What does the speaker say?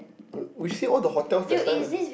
we see all the hotels that time